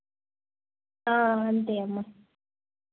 అంతే అమ్మ